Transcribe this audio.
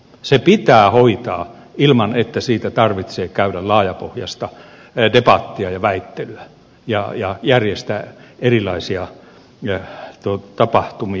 se pitää hoitaa ilman että siitä tarvitsee käydä laajapohjaista debattia ja väittelyä ja järjestää erilaisia tapahtumia